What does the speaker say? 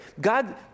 God